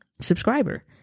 subscriber